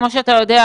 כמו שאתה יודע,